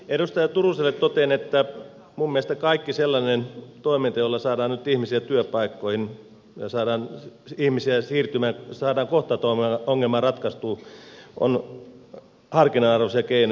edustaja turuselle totean että minun mielestäni kaikki sellainen toiminta jolla saadaan nyt ihmisiä työpaikkoihin ja saadaan ihmisiä siirtymään saadaan kohtaanto ongelma ratkaistua on harkinnan arvoisia keinoja